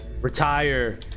retire